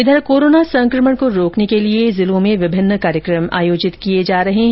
इधर कोरोना संकमण को रोकने के लिए जिलों में विभिन्न कार्यक्रम आयोजित किए जा रहे हैं